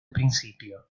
principio